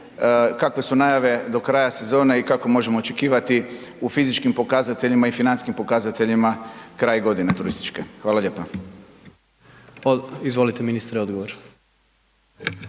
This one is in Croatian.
kakve su najave do kraja sezone i kako možemo očekivati u fizičkim pokazateljima i financijskim pokazateljima kraj godine turističke. Hvala lijepa. **Jandroković,